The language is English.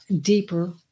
deeper